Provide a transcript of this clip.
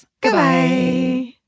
Goodbye